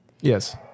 Yes